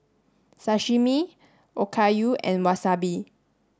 Sashimi Okayu and Wasabi